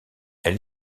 elle